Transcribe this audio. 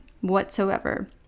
whatsoever